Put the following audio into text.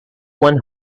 one